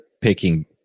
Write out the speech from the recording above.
picking